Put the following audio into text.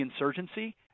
insurgency